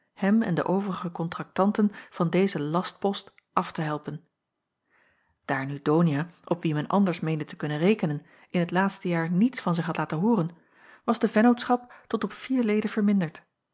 hem en de overige kontraktanten van dezen lastpost af te helpen daar nu donia op wien men anders meende te kunnen rekenen in het laatste jaar niets van zich had laten hooren was de vennootschap tot op vier leden verminderd